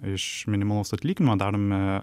iš minimalaus atlyginimo darome